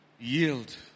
yield